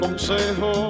Consejo